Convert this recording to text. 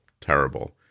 terrible